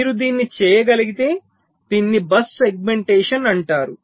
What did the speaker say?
మీరు దీన్ని చేయగలిగితే దీనిని బస్ సెగ్మెంటేషన్ అంటారు